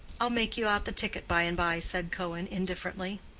i'll make you out the ticket by-and-by, said cohen, indifferently.